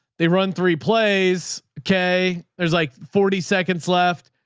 they run three plays. k there's like forty seconds left.